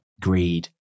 greed